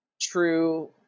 true